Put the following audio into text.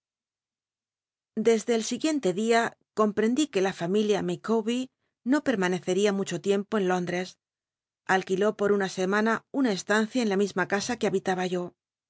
desde el siguiente dia comprendí que la fam ilia llficawber no permanccel'ia mucho tiempo en lónclres alquiló por una semana una estancia en la misma casa que habitaba yo